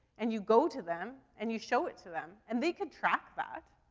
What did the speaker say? and you go to them, and you show it to them. and they could track that.